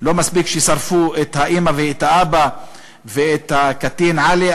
לא מספיק ששרפו את האימא ואת האבא ואת הקטין עלי,